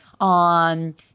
on